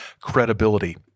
credibility